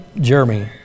Jeremy